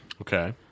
Okay